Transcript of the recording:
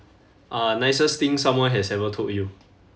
uh nicest thing someone has ever told you